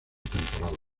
temporada